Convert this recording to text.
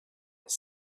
his